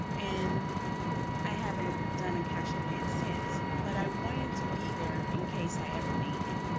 and i haven't done a cash advance since, but i want it to be there in case i ever need it.